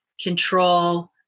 control